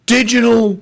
Digital